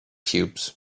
cubes